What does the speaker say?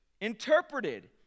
interpreted